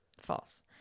false